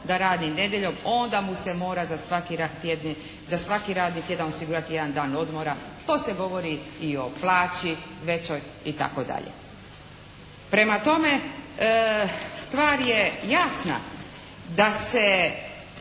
da radi nedjeljom onda mu se mora za svaki radni tjedan osigurati jedan dan odmora. Poslije govori i o plaći većoj itd. Prema tome, stvar je jasna da se